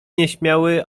nieśmiały